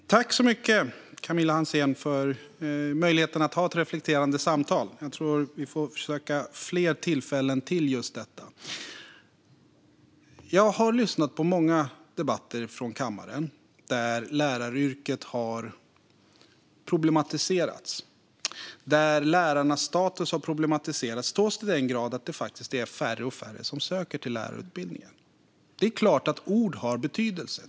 Fru talman! Jag tackar Camilla Hansén för möjligheten att ha ett reflekterande samtal. Jag tror att vi får söka fler tillfällen för just detta. Jag har lyssnat på många debatter från kammaren där läraryrket har problematiserats och där lärarnas status har problematiserats till den grad att det faktiskt är färre och färre som söker till lärarutbildningen. Det är klart att ord har betydelse.